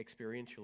experientially